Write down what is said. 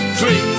three